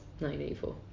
1984